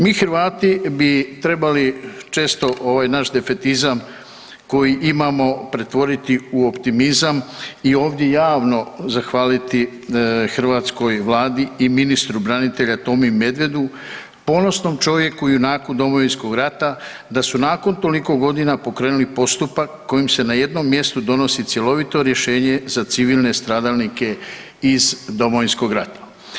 Mi Hrvati bi trebali često ovaj naš defetizam koji imamo pretvoriti u optimizam i ovdje javno zahvaliti hrvatskoj Vladi i ministru branitelja Tomi Medvedu, ponosnom čovjeku i junaku Domovinskog rata da su nakon toliko godina pokrenuli postupak kojim se na jednom mjestu donosi cjelovito rješenje za civilne stradalnike iz Domovinskog rata.